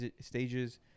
stages